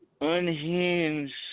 unhinged